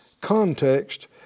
context